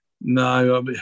No